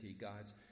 God's